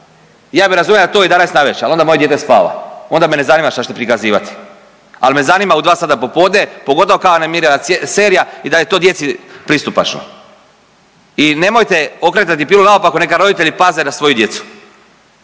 Ja bih razumio da je to u 11 navečer jer onda moje dijete spava. Onda me ne zanima što ćete prikazivati. Ali me zanima u 2 sata popodne, pogotovo kao animirana serija i da je to djeci pristupačno. I nemojte okretati pilu naopako, neka roditelji paze na svoju djecu.